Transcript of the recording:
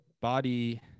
body